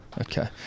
Okay